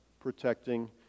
protecting